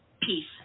peace